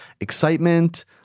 excitement